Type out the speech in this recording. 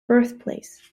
birthplace